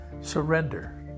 surrender